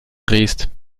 drehst